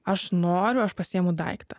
aš noriu aš pasiimu daiktą